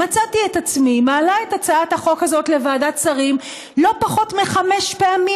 מצאתי את עצמי מעלה את הצעת החוק הזאת לוועדת שרים לא פחות מחמש פעמים,